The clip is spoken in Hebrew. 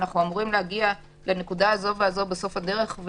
אנחנו אמורים להגיע לנקודה הזאת והזאת בסוף הדרך,